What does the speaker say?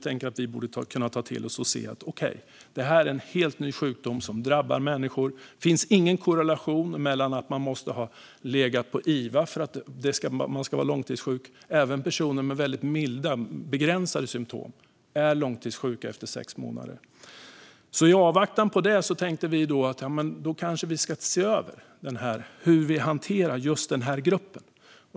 Men vi borde kunna ta till oss detta och tänka: Okej, detta är en helt ny sjukdom som drabbar människor. Det finns ingen korrelation som visar att man måste ha legat på iva för att vara långtidssjuk. Även personer med väldigt milda och begränsade symtom kan vara långtidssjuka efter sex månader. I avvaktan på detta tänkte vi att vi kanske skulle se över hur vi hanterar just denna grupp.